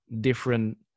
different